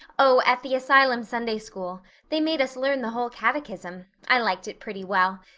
oh, at the asylum sunday-school. they made us learn the whole catechism. i liked it pretty well.